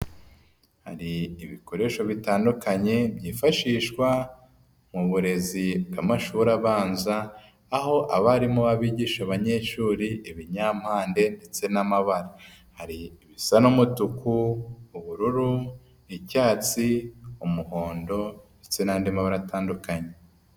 Hari ibikoresho bitandukanye byifashishwa mu burezi bw' amashuri abanza aho abarimu ba'bigisha abanyeshuri ibinyampande, ndetse n'amabara bisa n'umutuku, ubururu, icyatsi, umuhondo, ndetse n'andi mabara atandukanye.